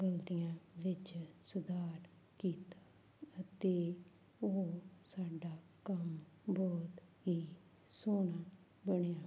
ਗਲਤੀਆਂ ਵਿੱਚ ਸੁਧਾਰ ਕੀਤਾ ਅਤੇ ਉਹ ਸਾਡਾ ਕੰਮ ਬਹੁਤ ਹੀ ਸੋਹਣਾ ਬਣਿਆ